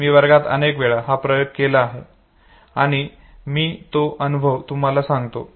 मी वर्गात अनेक वेळा हा प्रयोग केला आहे आणि मी तो अनुभव तुम्हाला सांगतो